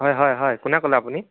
হয় হয় হয় কোনে ক'লে আপুনি